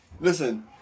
Listen